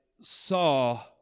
saw